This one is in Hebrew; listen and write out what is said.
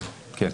כן.